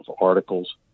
articles